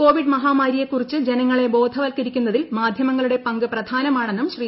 Covid മഹാമാരിയെ കുറിച്ച് ജനങ്ങളെ ബോധവൽക്കരിക്കുന്നതിൽ മാധ്യമങ്ങളുടെ പങ്ക് പ്രധാനമാണെന്നും ശ്രീ